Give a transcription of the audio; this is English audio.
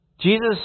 Jesus